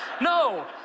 no